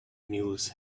mules